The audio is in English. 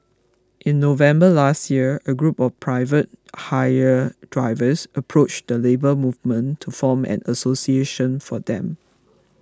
in November last year a group of private hire drivers approached the Labour Movement to form an association for them